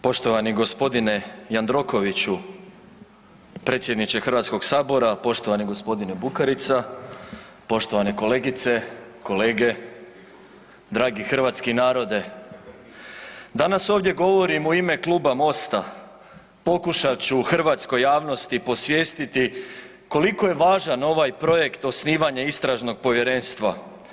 Poštovani gospodine Jandrokoviću predsjedniče Hrvatskog sabora, poštovani gospodine Bukarice, poštovane kolegice, kolege, dragi hrvatski narode, danas ovdje govorim u ime Kluba MOST-a, pokušat ću hrvatskoj javnosti posvjestiti koliko je važan ovaj projekt osnivanje istražnog povjerenstva.